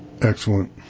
excellent